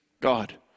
God